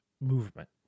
movement